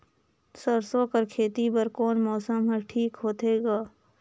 सरसो कर खेती बर कोन मौसम हर ठीक होथे ग?